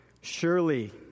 surely